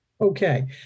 okay